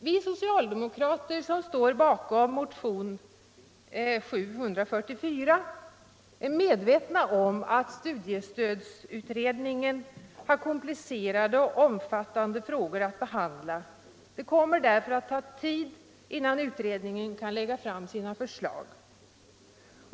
Vi socialdemokrater som står bakom motionen 744 är medvetna om att studiestödsutredningen har komplicerade och omfattande frågor att behandla. Det kommer därför att ta tid innan utredningen kan lägga fram sina förslag.